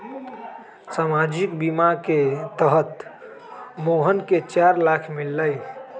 सामाजिक बीमा के तहत मोहन के चार लाख मिललई